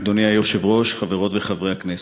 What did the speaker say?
אדוני היושב-ראש, חברות וחברי הכנסת,